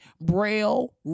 braille